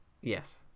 yes